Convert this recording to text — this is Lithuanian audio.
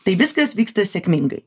tai viskas vyksta sėkmingai